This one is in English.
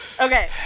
Okay